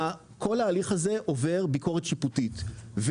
כל ההליך הזה עובר ביקורת שיפוטית.